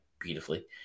beautifully